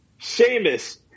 Seamus